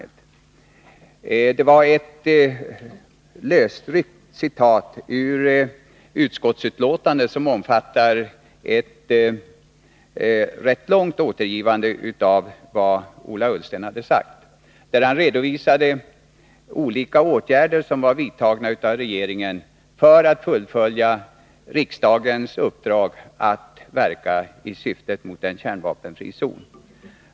Mats Hellström anförde ett lösryckt citat ur utskottsbetänkandet, som omfattar ett rätt långt återgivande av vad Ola Ullsten hade sagt. Ola Ullsten redovisade olika åtgärder som regeringen hade vidtagit för att fullfölja riksdagens uppdrag att verka för en kärnvapenfri zon.